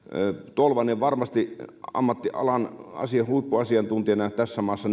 tolvanen ammattialan huippuasiantuntijana tässä maassa